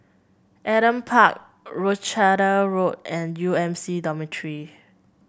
Adam Park Rochdale Road and U M C Dormitory